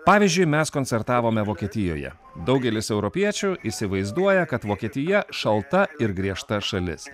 pavyzdžiui mes koncertavome vokietijoje daugelis europiečių įsivaizduoja kad vokietija šalta ir griežta šalis